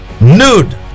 nude